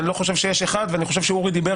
אני לא חושב שיש אחד ואני חושב שחבר